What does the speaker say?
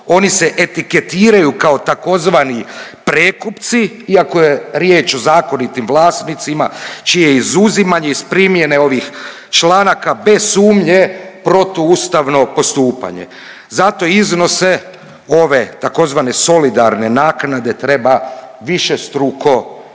oni se etiketiraju kao tzv. prekupci, iako je riječ o zakonitim vlasnicima čije izuzimanje iz primjene ovih članaka bez sumnje protuustavno postupanje. Zato iznose ove tzv. solidarne naknade treba višestruko povećati.